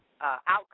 outcome